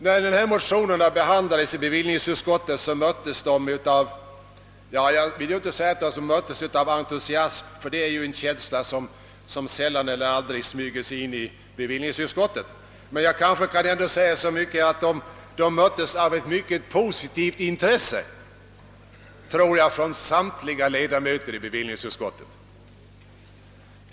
När motionerna behandlades i bevillningsutskottet möttes de av — jag vill inte säga entusiasm, ty det är ju en känsla som sällan eller aldrig smyger sin in i bevillningsutskottet — ett mycket positivt intresse från samtliga ledamöter i bevillningsutskottet.